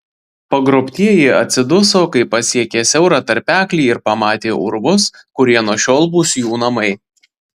pagrobtieji atsiduso kai pasiekė siaurą tarpeklį ir pamatė urvus kurie nuo šiol bus jų namai